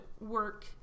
work